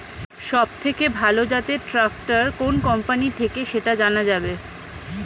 সবথেকে ভালো জাতের ট্রাক্টর কোন কোম্পানি থেকে সেটা জানা যাবে?